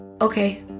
Okay